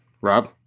Rob